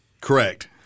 correct